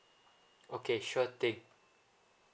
okay sure thing